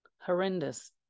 horrendous